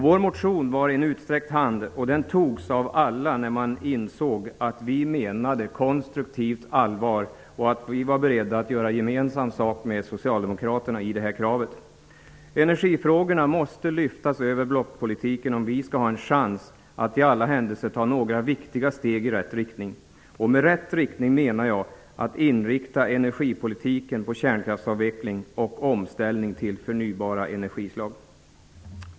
Vår motion var en utsträckt hand, och den togs av alla när man insåg att vi menade konstruktivt allvar och att vi var beredda att göra gemensam sak med Socialdemokraterna om det här kravet. Energifrågorna måste lyftas över blockpolitiken om vi skall ha en chans att i alla händelser ta några viktiga steg i rätt riktning. Med rätt riktning menar jag att energipolitiken skall inriktas på kärnkraftsavveckling och omställning till förnybara energislag.